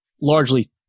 largely